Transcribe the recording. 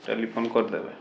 telephone କରିଦେବେ